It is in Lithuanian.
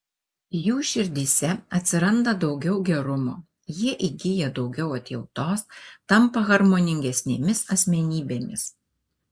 jų širdyse atsiranda daugiau gerumo jie įgyja daugiau atjautos tampa harmoningesnėmis asmenybėmis